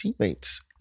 teammates